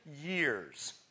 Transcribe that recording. years